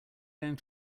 going